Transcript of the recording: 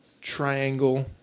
triangle